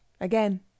again